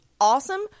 Awesome